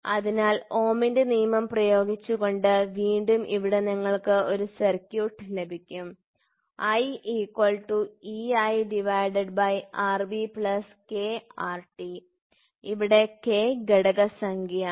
അതിനാൽ ഓമിന്റെ നിയമം പ്രയോഗിച്ചുകൊണ്ട് വീണ്ടും ഇവിടെ നിങ്ങൾക്ക് ഈ സർക്യൂട്ട് ലഭിക്കും ieiRbkRt ഇവിടെ കെ ഘടകസംഖ്യയാണ്